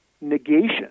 negation